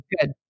good